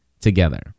together